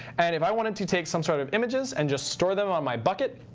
and if i wanted to take some sort of images and just store them on my bucket,